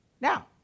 now